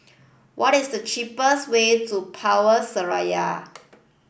what is the cheapest way to Power Seraya